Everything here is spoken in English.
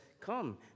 come